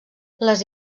les